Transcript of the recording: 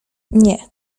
nie